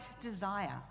desire